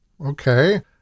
Okay